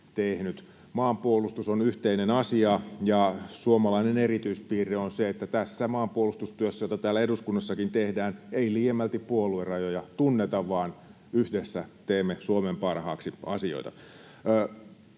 Maanpuolustus on yhteinen asia, ja suomalainen erityispiirre on se, että tässä maanpuolustustyössä, jota täällä eduskunnassakin tehdään, ei liiemmälti puoluerajoja tunneta, vaan yhdessä teemme Suomen parhaaksi asioita.